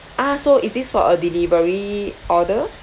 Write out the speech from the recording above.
ah so is this for a delivery order